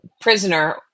prisoner